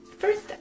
First